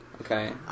Okay